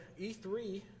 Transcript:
E3